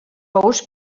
ous